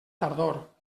tardor